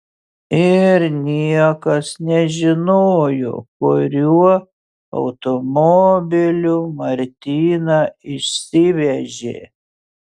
ir niekas nežinojo kuriuo automobiliu martiną išsivežė